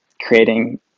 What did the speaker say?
creating